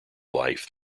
life